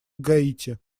гаити